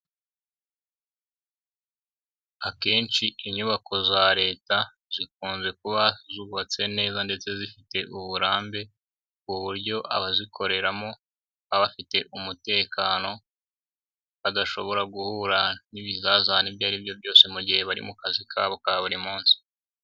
Akenshi inyubako za Leta zikunze kuba zubatse neza, ndetse zifite uburambe ku buryo abazikoreramo abafite umutekano, bagashobora guhura n'ibizazane ibyo aribyo byose mu gihe bari mu kazi kabo ka buri munsi.